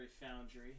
Foundry